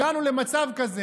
הגענו למצב כזה.